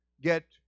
get